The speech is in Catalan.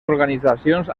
organitzacions